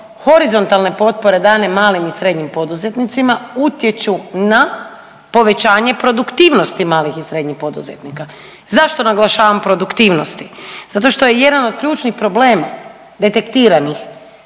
horizontalne potpore dane malim i srednjim poduzetnicima utječu na povećanje produktivnosti malih i srednjih poduzetnika. Zašto naglašavam produktivnosti? Zato što je jedan od ključnih problema detektiranih